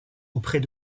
auprès